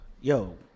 Yo